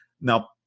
now